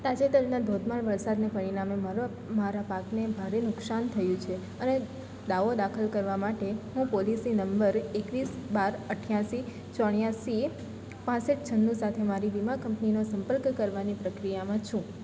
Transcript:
તાજેતરના ધોધમાર વરસાદને પરિણામે મારા પાકને ભારે નુકસાન થયું છે અને દાવો દાખલ કરવા માટે હું પોલિસી નંબર એકવીસ બાર અઠ્ઠાસી ચોર્યાશી પાંસઠ છન્નું સાથે મારી વીમા કંપનીનો સંપર્ક કરવાની પ્રક્રિયામાં છું